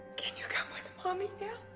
can you come with mommy yeah